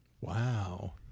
Wow